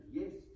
yes